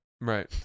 Right